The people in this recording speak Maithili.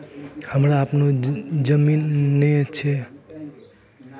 हमरा आपनौ जमीन नैय छै हमरा बैंक से लोन केना मिलतै?